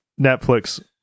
netflix